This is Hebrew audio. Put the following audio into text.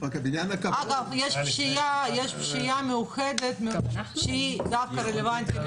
אגב, יש פשיעה מיוחדת שרלוונטית.